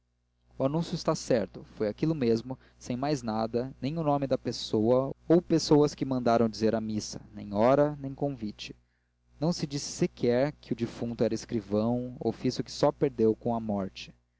o anúncio está certo foi aquilo mesmo sem mais nada nem o nome da pessoa ou pessoas que mandaram dizer a missa nem hora nem convite não se disse sequer que o defunto era escrivão ofício que só perdeu com a morte